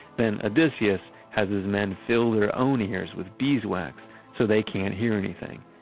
then, odysseus, has his men fill their own ears with beeswax, so they can't hear anything.